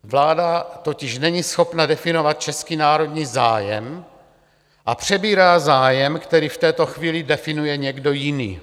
Vláda totiž není schopna definovat český národní zájem a přebírá zájem, který v této chvíli definuje někdo jiný.